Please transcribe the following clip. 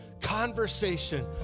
conversation